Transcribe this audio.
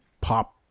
pop